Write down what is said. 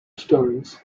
stories